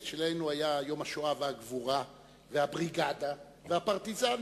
בשבילנו היו יום השואה והגבורה והבריגדה והפרטיזנים.